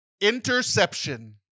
Interception